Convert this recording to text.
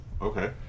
Okay